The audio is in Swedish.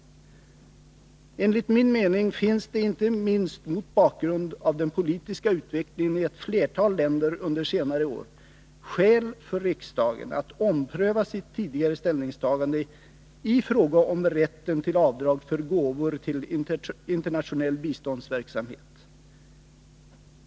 Enligt min mening finns det, inte minst mot bakgrund av den politiska utvecklingen i ett flertal länder under senare år, skäl för riksdagen att ompröva sitt tidigare ställningstagande i fråga om rätten till avdrag för gåvor till internationell biståndsverksamhet.